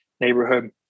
neighborhood